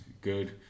good